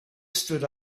stood